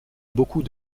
beaucoup